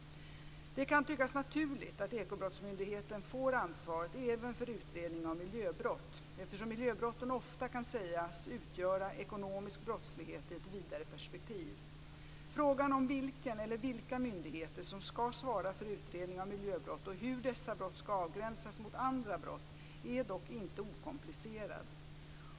Det kan tyckas naturligt att Ekobrottsmyndigheten får ansvaret även för utredning av miljöbrott, eftersom miljöbrotten ofta kan sägas utgöra ekonomisk brottslighet i ett vidare perspektiv. Frågan om vilken eller vilka myndigheter som skall svara för utredning av miljöbrott, och hur dessa brott skall avgränsas mot andra brott är dock inte okomplicerad.